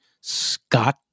Scott